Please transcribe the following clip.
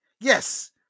yes